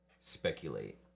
speculate